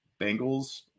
Bengals